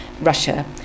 Russia